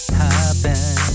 happen